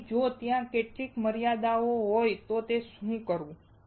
તેથી જો ત્યાં કેટલીક મર્યાદાઓ હોય તો શું કરવું